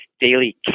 daily